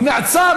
הוא נעצר.